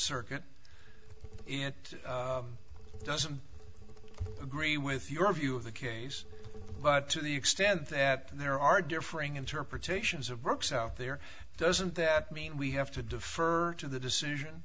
circuit it doesn't agree with your view of the case but to the extent that there are differing interpretations of books out there doesn't that mean we have to defer to the decision